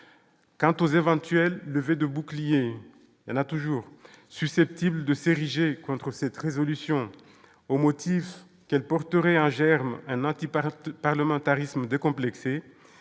quant aux éventuelles levée de boucliers, on a toujours susceptible de s'ériger contre cette résolution, au motif qu'elle porterait en germe un anti-partent parlementarisme décomplexée,